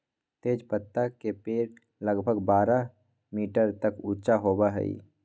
तेजपत्ता के पेड़ लगभग बारह मीटर तक ऊंचा होबा हई